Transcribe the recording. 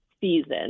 season